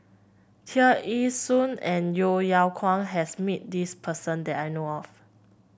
Tear Ee Soon and Yeo Yeow Kwang has met this person that I know of